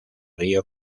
río